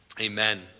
Amen